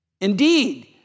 Indeed